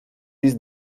list